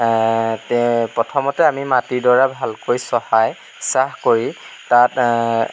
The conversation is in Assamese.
প্ৰথমতে আমি মাটিডৰা ভালকৈ চহাই চাহ কৰি তাত